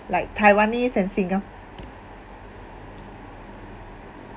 like taiwanese and singaporean